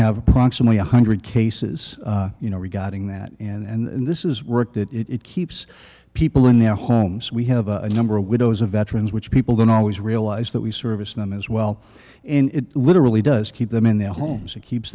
have approximately one hundred cases you know regarding that and this is work that it keeps people in their homes we have a number of widows of veterans which people don't always realize that we service them as well and it literally does keep them in their homes it keeps